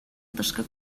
тышкы